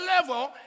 level